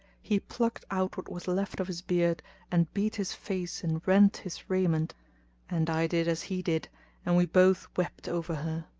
he plucked out what was left of his beard and beat his face and rent his raiment and i did as he did and we both wept over her.